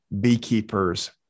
beekeepers